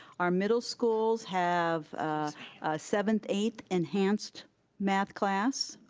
our middle schools have seventh eighth enhanced math class,